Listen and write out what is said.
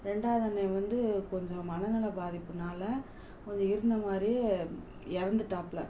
ரெண்டாவது அண்ணன் வந்து கொஞ்சம் மனநல பாதிப்புனால் கொஞ்சம் இருந்த மாதிரியே இறந்துட்டாப்ல